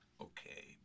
okay